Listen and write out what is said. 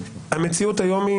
המציאות היום היא,